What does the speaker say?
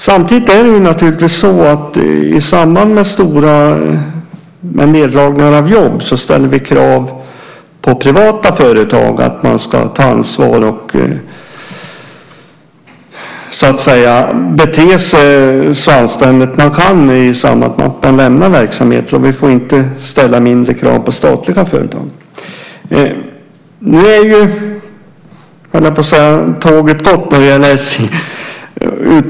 Samtidigt är det naturligtvis så att i samband med stora neddragningar av jobb ställer vi krav på privata företag att man ska ta ansvar och så att säga bete sig så anständigt som man kan i samband med att man lämnar verksamheter. Och vi får inte ställa mindre krav på statliga företag. Nu har ju, höll jag på att säga, tåget gått när det gäller SJ.